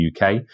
UK